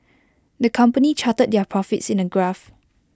the company charted their profits in A graph